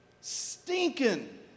Stinking